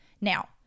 now